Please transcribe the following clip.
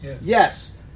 Yes